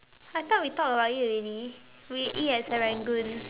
I thought we talked about it already we eat at Serangoon